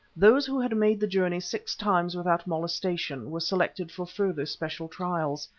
those who had made the journey six times without molestation were selected for further special trials,